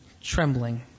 trembling